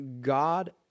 God